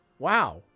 Wow